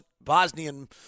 Bosnian